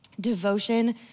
Devotion